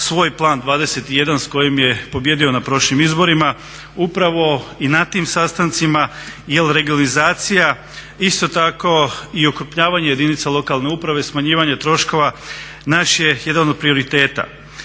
svoj plan 21. s kojim je pobijedio na prošlim izborima upravo i na tim sastancima jer regionalizacija isto tako i okrupnjavanje jedinica lokalne uprave, smanjivanje troškova naš je jedan od prioriteta.